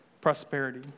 prosperity